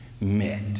met